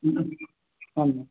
आम्